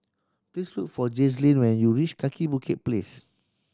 please look for Jazlene when you reach Kaki Bukit Place